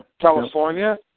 California